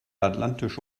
atlantische